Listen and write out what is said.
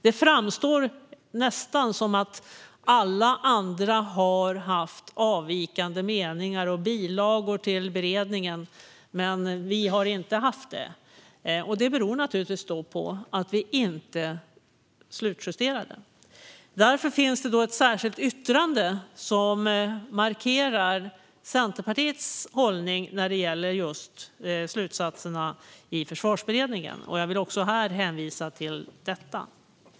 Det framstår nästan som att alla andra har haft avvikande meningar och bilagor till beredningen, men vi har inte haft det. Det beror naturligtvis på att vi inte slutjusterat den. Därför finns det ett särskilt yttrande som markerar Centerpartiets hållning när det gäller just Försvarsberedningens slutsatser, och jag vill också här hänvisa till detta.